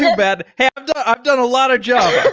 and bad. hey! i've done a lot of java